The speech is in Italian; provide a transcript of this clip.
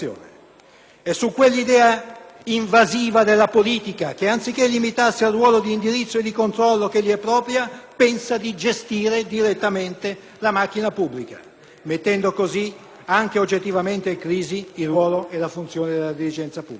e su quell'idea invasiva della politica che, anziché limitarsi al ruolo di indirizzo e di controllo che gli è proprio, pensa di gestire direttamente la macchina pubblica, mettendo così anche oggettivamente in crisi il ruolo e la funzione della dirigenza pubblica.